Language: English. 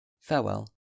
Farewell